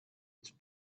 its